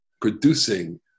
producing